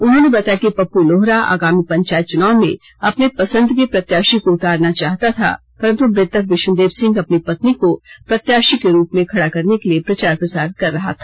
उन्होंने बताया कि पप्पू लोहरा आगामी पंचायत चुनाव में अपने पसंद के प्रत्याशी को उतारना चाहता था परंत् मृतक विशुनदेव सिंह अपनी पत्नी को प्रत्याशी के रूप में खड़ा करने के लिए प्रचार प्रसार कर रहा था